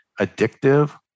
addictive